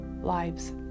lives